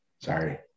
Sorry